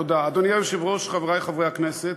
אדוני היושב-ראש, חברי חברי הכנסת,